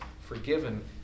forgiven